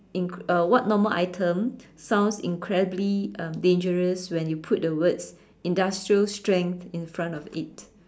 in~ uh what normal item sounds incredibly um dangerous when you put the words industrial strength in front of it